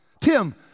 Tim